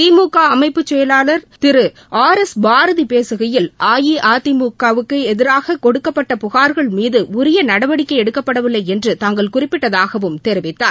திமுக அமைப்புச் செயலாளர் திரு ஆர் எஸ் பாரதி பேசுகையில் அஇஅதிமுவுக்கு எதிராக கொடுக்கப்பட புகார்கள் மீது உரிய நடவடிக்கை எடுக்கப்படவில்லை என்று தாங்கள் குறிப்பிட்டதாகவும் தெரிவித்தார்